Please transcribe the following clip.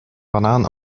banaan